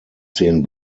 zehn